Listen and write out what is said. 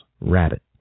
rabbit